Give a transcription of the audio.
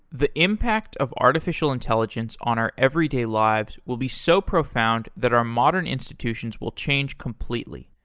the impact of artificial intelligence on our everyday lives will be so profound that our modern institutions will change completely.